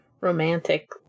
romantic